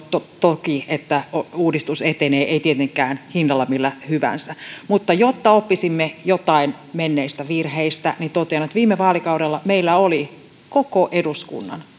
toki että uudistus etenee mutta ei tietenkään hinnalla millä hyvänsä jotta oppisimme jotain menneistä virheistä totean että viime vaalikaudella meillä oli koko eduskunnan